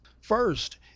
First